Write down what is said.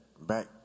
back